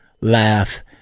laugh